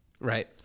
Right